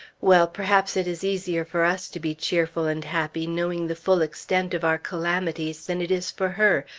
well, perhaps it is easier for us to be cheerful and happy, knowing the full extent of our calamities, than it is for her,